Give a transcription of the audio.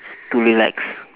to relax